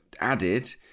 added